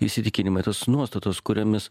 įsitikinimai tos nuostatos kuriomis